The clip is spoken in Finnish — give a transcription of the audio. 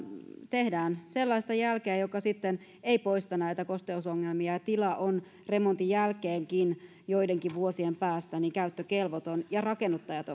tehdään sellaista jälkeä joka ei poista näitä kosteusongelmia ja tila on remontin jälkeenkin joidenkin vuosien päästä käyttökelvoton rakennuttajat